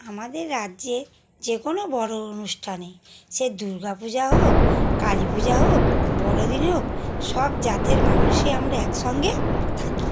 আমাদের রাজ্যে যে কোনও বড়ো অনুষ্ঠানে সে দূর্গা পূজা হোক কালী পূজা হোক বড়োদিনে হোক সব জাতের মানুষই আমরা একসঙ্গে থাকি